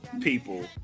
people